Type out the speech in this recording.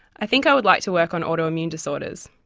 i think i would like to work on autoimmune disorders.